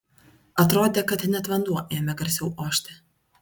atrodė kad net vanduo ėmė garsiau ošti